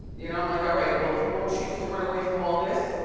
you know, i'm like, all right, well if you all choose to run away from all this,